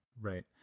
right